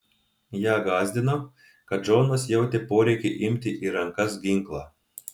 ją gąsdino kad džonas jautė poreikį imti į rankas ginklą